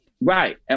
Right